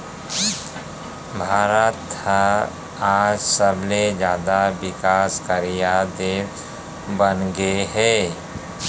भारत ह आज सबले जाता बिकास करइया देस बनगे हे